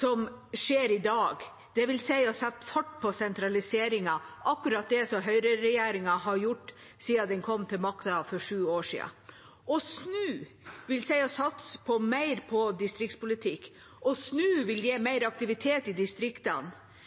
som skjer i dag, dvs. å sette fart på sentraliseringen, akkurat det høyreregjeringa har gjort siden den kom til makta for sju år siden. SNU vil si å satse mer på distriktspolitikk. SNU vil gi mer aktivitet i distriktene,